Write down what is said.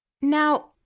Now